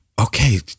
okay